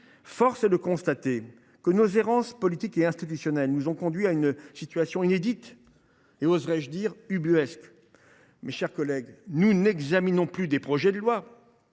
force est de constater que nos errances politiques et institutionnelles nous ont conduits à une situation inédite et, oserais je dire, ubuesque. Nous examinons non plus des projets de loi,